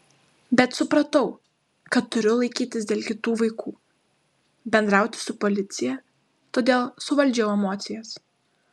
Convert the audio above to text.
bet supratau kad turiu laikytis dėl kitų vaikų bendrauti su policija todėl suvaldžiau emocijas